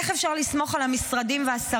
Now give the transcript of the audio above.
באמת?